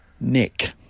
nick